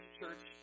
church